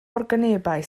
organebau